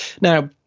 Now